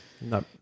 No